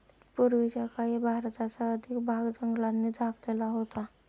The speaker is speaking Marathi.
पूर्वीच्या काळी भारताचा अधिक भाग जंगलांनी झाकलेला होता